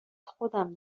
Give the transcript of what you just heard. خودم